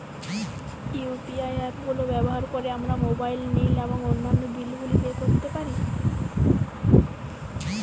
UPI app গুলো ব্যবহার করে আমরা মোবাইল নিল এবং অন্যান্য বিল গুলি পে করতে পারি